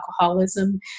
alcoholism